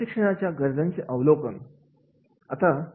प्रशिक्षणाच्या गरजांचे आकलन